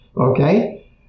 okay